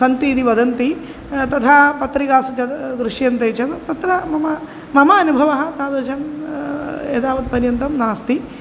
सन्ति इति वदन्ति तथा पत्रिकासु तद् दृश्यन्ते चेत् तत्र मम मम अनुभवः तादृशम् एतावत् पर्यन्तं नास्ति